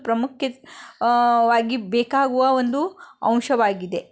ಪ್ರಮುಖ ವಾಗಿ ಬೇಕಾಗುವ ಒಂದು ಅಂಶವಾಗಿದೆ